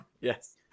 Yes